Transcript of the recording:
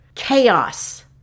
Chaos